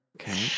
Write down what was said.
Okay